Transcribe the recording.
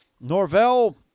Norvell